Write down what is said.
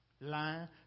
Lying